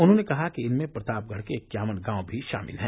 उन्होंने कहा कि इनमें प्रतापगढ़ के इक्यावन गांव भी शामिल हैं